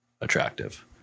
attractive